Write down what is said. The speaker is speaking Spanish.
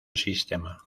sistema